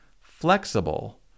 flexible